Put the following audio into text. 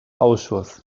ausschuss